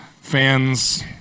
Fans